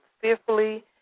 fearfully